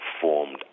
Formed